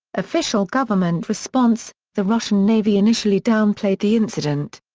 official government response the russian navy initially downplayed the incident.